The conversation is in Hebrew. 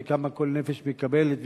וכמה כל נפש מקבלת,